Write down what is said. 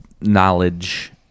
knowledge